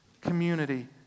community